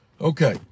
Okay